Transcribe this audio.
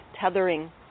tethering